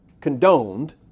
condoned